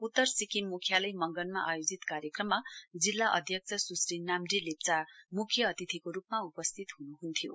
उत्तर सिक्किम म्ख्यालय मंगनमा आयोजित कार्यक्रममा जिल्ला अध्यक्ष स्श्री नाम्डे लेप्चा मुख्य अतिथिको रूपमा उपस्थित हुन् हुन्थ्यो